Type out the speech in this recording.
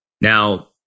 Now